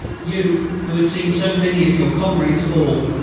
you, who had seen so many of your comrades fall,